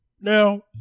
Now